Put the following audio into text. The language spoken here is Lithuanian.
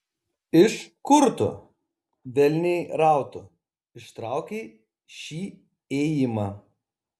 iš kur tu velniai rautų ištraukei šį ėjimą